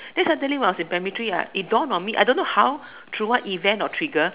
then suddenly when I was in primary three ya it dawned on me I don't know how through what event or trigger